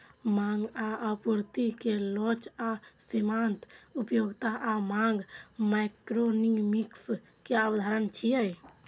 मांग आ आपूर्ति के लोच आ सीमांत उपयोगिता आ मांग माइक्रोइकोनोमिक्स के अवधारणा छियै